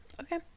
okay